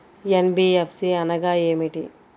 NBFC అనగా ఏమిటీ?